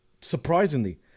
surprisingly